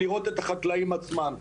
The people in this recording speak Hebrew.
לראות את החקלאים עצמם.